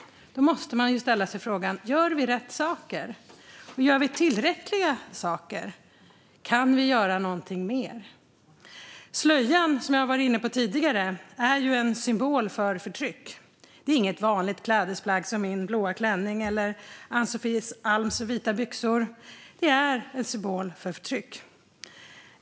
Då måste man ställa sig frågan: Gör vi rätt saker? Och gör vi tillräckligt? Kan vi göra mer? Slöjan, som jag varit inne på tidigare, är en symbol för förtryck. Det är inget vanligt klädesplagg som min blåa klänning eller Ann-Sofie Alms vita byxor. Det är en symbol för förtryck.